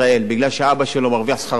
יאכל אפרסק מתולע.